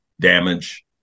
damage